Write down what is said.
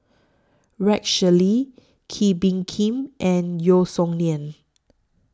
Rex Shelley Kee Bee Khim and Yeo Song Nian